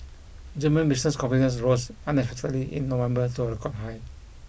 German business confidence rose unexpectedly in November to a record high